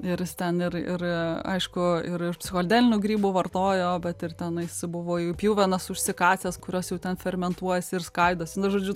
ir jis ten ir ir aišku ir psichodelinių grybų vartojo bet ir tenais buvo į pjuvenas užsikasęs kurios jau ten fermentuojasi ir skaidosi na žodžiu